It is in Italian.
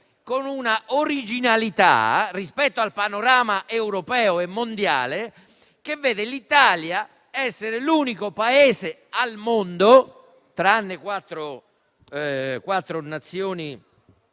con un'originalità, rispetto al panorama europeo e mondiale, che vede l'Italia essere l'unico Paese al mondo (tranne quattro nazioni